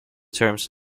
terms